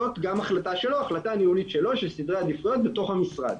זו גם החלטה ניהולית שלו של סדרי עדיפויות בתוך המשרד.